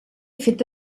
fet